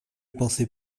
pensais